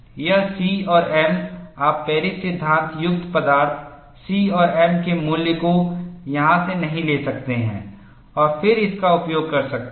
यह C और m आप पेरिस सिद्धांत युक्त पदार्थ C और m के मूल्य को यहाँ से नहीं ले सकते हैं और फिर इसका उपयोग कर सकते हैं